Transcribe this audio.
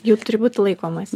jų turi būti laikomasi